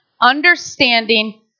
understanding